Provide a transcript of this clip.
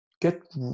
get